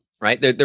right